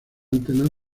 antenas